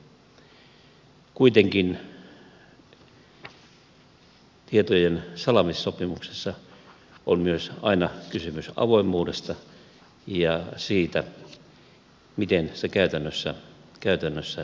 kuitenkin tietojen salaamissopimuksessa on myös aina kysymys avoimuudesta ja siitä miten se käytännössä toimii